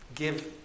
Give